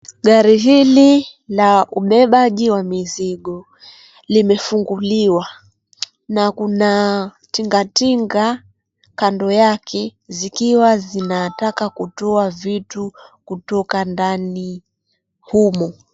Gari hili la ubebaji wa mizigo limefunguliwa na kuna tingatinga kando yake zikiwa zinataka kutoa vitu kutoka ndani humo.